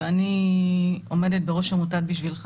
אני עומדת בראש עמותת 'בשבילך',